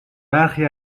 برخی